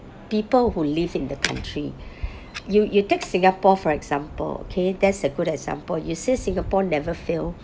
people who live in the country you you take singapore for example okay that's a good example you say singapore never fails